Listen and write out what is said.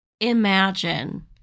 imagine